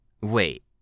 Wait